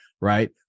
right